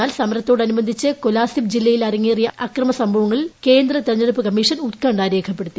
എന്നാൽ സമരത്തോടനുബന്ധിച്ച് കൊലാസിബ് ജില്ലയിൽ അരങ്ങേറിയ അക്രമ സംഭവങ്ങളില കേന്ദ്ര തെരഞ്ഞെടുപ്പ് കമ്മീഷൻ ഉത്കണ്ഠ രേഖപ്പെടുത്തി